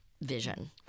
vision